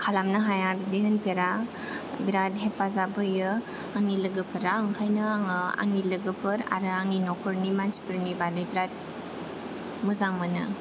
खालामनो हाया बिदि होनफेरा बिराथ हेफाजाब होयो आंनि लोगोफोरा ओंखायनो आङो आंनि लोगोफोर आरो आंनि नख'रनि मानसिफोरनि बादै बिराथ मोजां मोनो